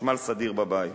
חשמל סדיר בבית.